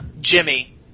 Jimmy